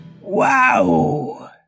Wow